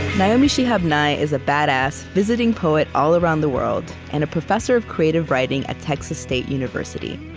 naomi shihab nye is a badass visiting poet, all around the world, and a professor of creative writing at texas state university.